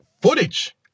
footage